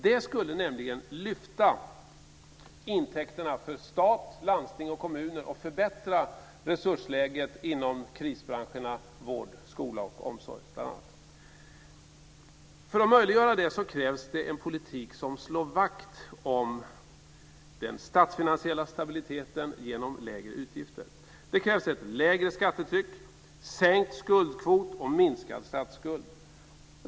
Det skulle nämligen lyfta intäkterna för stat, landsting och kommuner och förbättra resursläget inom bl.a. krisbranscherna vård, skola och omsorg. För att möjliggöra det krävs en politik som slår vakt om den statsfinansiella stabiliteten genom lägre utgifter. Det krävs ett lägre skattetryck, sänkt skuldkvot och minskad statsskuld.